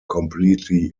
completely